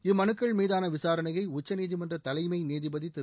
இம்மனுக்கள் மீதான விசாரணையை உச்சநீதிமன்ற தலைமை நீதிபதி திரு